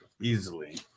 easily